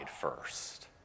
first